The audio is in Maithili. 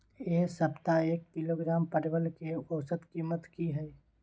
ऐ सप्ताह एक किलोग्राम परवल के औसत कीमत कि हय?